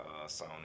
Sony